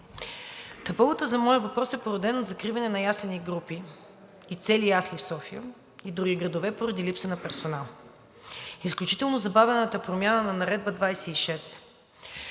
Поводът за моя въпрос е породен от закриване на яслени групи и цели ясли в София и други градове поради липса на персонал. Изключително забавената промяна на Наредба №